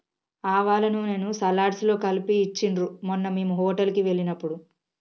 ఆవాల నూనెను సలాడ్స్ లో కలిపి ఇచ్చిండ్రు మొన్న మేము హోటల్ కి వెళ్ళినప్పుడు